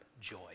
joy